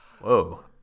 Whoa